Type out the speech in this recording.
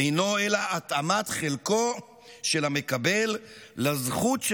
"אינו אלא התאמת חלקו של המקבל לזכות,